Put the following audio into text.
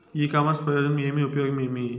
ఇ commerce ప్రయోజనం ఏమి? ఉపయోగం ఏమి?